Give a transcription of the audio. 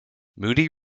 moody